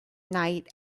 night